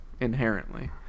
inherently